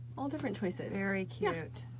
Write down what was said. all different choices. very cute.